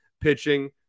pitching